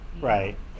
right